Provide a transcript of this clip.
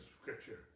scripture